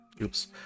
Oops